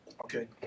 Okay